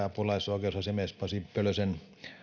apulaisoikeusasiamies pasi pölösen